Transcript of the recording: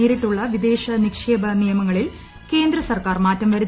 നേരിട്ടുള്ള വിദേശ നിക്ഷേപ്പ നിയമങ്ങളിൽ കേന്ദ്ര സർക്കാർ മാറ്റം വരുത്തി